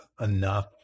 enough